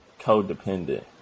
codependent